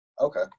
okay